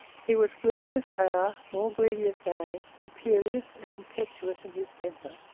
he was greedy of power, more greedy of gain, imperious and impetuous in his temper,